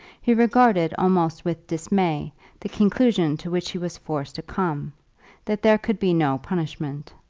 he regarded almost with dismay the conclusion to which he was forced to come that there could be no punishment.